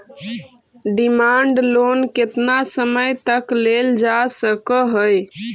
demand loan केतना समय तक लेल जा सकऽ हई